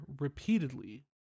repeatedly